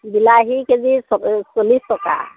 বিলাহী কেজি চল্লিছ টকা